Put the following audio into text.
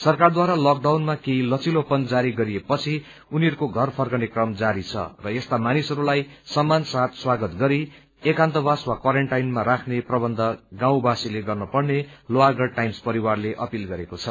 सरकारद्वारा लकडाउनमा केही लचिलोपन जारी गरिए पछि उनीहरूको घर फर्किने क्रम जारी छ र यस्ता मानिसहरूलाई सम्मान साथ स्वागत गरी एकान्तवास वा क्वारान्टाइनमा राख्ने प्रबन्ध गाँउवासीले गर्न पर्ने लोहागढ़ टाइम्स परिवारले अपील गरेको छ